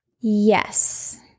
yes